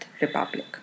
Republic